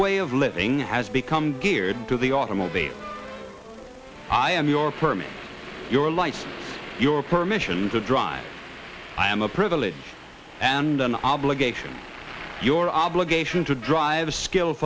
way of living has become geared to the automobile i am your permit your life your permission to drive i am a privilege and an obligation your obligation to drive skill